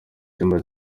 cyumba